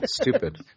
stupid